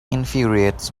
infuriates